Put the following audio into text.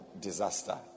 disaster